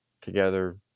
together